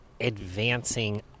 advancing